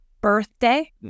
birthday